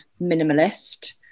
minimalist